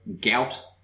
gout